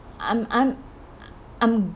I'm I'm I'm